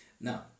Now